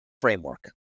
framework